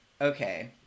Okay